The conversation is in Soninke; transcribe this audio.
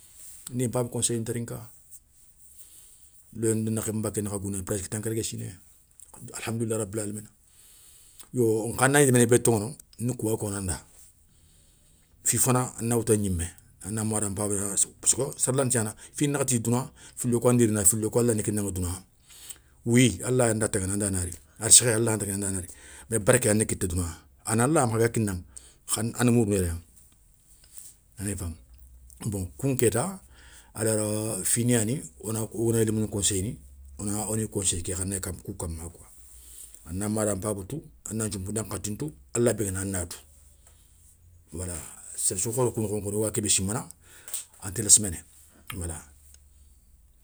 Ndi npaba conseilli ntérinka, loyé ndi nbaké nakha gouné presque tankargué siné, alhamdoulila rabil alamina, yo nkha dagni léminé bé toŋono, ni kouya koŋanda, fi fana a na wouta gnimé, a na ma da npaba, parcequ séré lanta gnana, fini nakhati douna, filo kou andi rina filo kou allah ndi kinaŋa douna wouyi allanda tagana andana ri, arsékhé alayanan da tagana anda na ri, mais barké a na kitta douna ana allah makha ga kinaŋa kha ana mourounou yéré ya, bon kouŋa kéta alors, fignani wo ganagni lémounou nconseiller wona, oni conseiller ké khané kama kou kamma koi. A na ma da npaba tou, a na nthiounpou nda khati ntou, allah biguéni a na tou wala séré souga khoro kou nokhoŋa kéta woga kébé simana anta lésséméné.